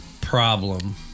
problem